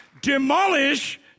demolish